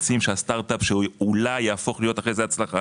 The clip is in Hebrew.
אנו רוצים שהסטארט אפ שאולי יהפוך להיות אחרי זה הצלחה,